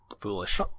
Foolish